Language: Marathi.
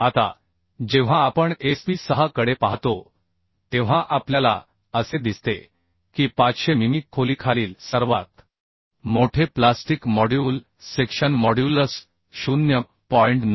आता जेव्हा आपण SP 6 कडे पाहतो तेव्हा आपल्याला असे दिसते की 500 मिमी खोलीखालील सर्वात मोठे प्लास्टिक मॉड्यूल सेक्शन मॉड्यूलस 0